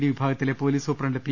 D വിഭാഗത്തിലെ police superintendent P